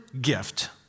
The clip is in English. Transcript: gift